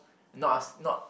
not us not